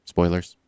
Spoilers